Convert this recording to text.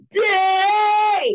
day